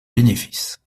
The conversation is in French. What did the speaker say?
bénéfice